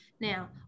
Now